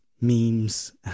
memes